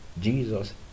Jesus